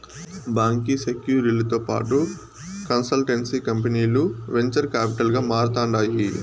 బాంకీ సెక్యూరీలతో పాటు కన్సల్టెన్సీ కంపనీలు వెంచర్ కాపిటల్ గా మారతాండాయి